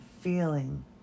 feeling